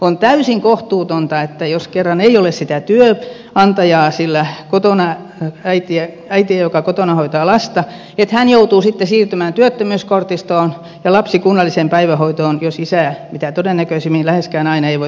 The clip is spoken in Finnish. on täysin kohtuutonta että jos kerran ei ole sitä työnantajaa sillä äidillä joka kotona hoitaa lasta niin hän joutuu sitten siirtymään työttömyyskortistoon ja lapsi kunnalliseen päivähoitoon jos isä ei voi tätä tilannetta hyödyntää mitä todennäköisemmin läheskään aina ei voi